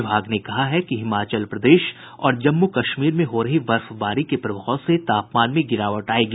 विभाग ने कहा है कि हिमाचल प्रदेश और जम्मू कश्मीर में हो रही बर्फबारी के प्रभाव से तापमान में गिरावट आयेगी